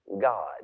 God